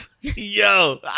Yo